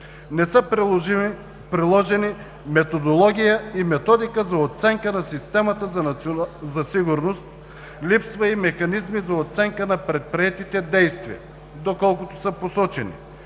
не са приложени Методология и Методика за оценка на Системата за сигурност. Липсват и механизми за оценка на предприетите действия, доколкото са посочени,